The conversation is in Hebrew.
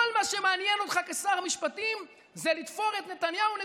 כל מה שמעניין אותך כשר משפטים זה לתפור את נתניהו.